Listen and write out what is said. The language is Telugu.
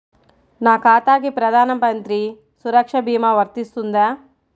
నా ఖాతాకి ప్రధాన మంత్రి సురక్ష భీమా వర్తిస్తుందా?